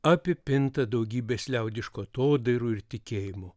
apipinta daugybės liaudiškų atodairų ir tikėjimu